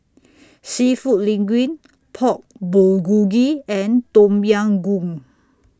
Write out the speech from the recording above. Seafood Linguine Pork Bulgogi and Tom Yam Goong